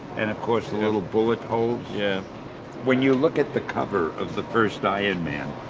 and of course the little bullet holes. yeah when you look at the cover of the first iron man,